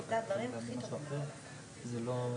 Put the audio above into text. לפתרונות שהם מאוד נוחים אבל הם לא מקצועיים,